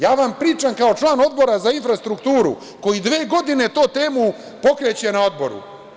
Ja vam pričam kao član Odbora za infrastrukturu, koji dve godine tu temu pokreće na Odboru.